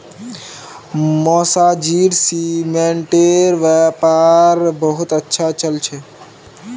मौसाजीर सीमेंटेर व्यापार बहुत अच्छा चल छ